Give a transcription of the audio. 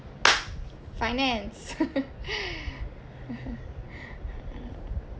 finance